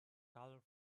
color